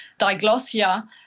diglossia